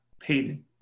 Peyton